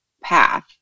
path